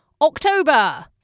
October